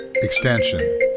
Extension